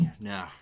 no